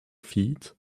feet